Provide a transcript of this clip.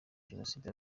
jenoside